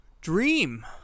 Dream